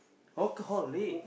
okay how late